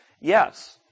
Yes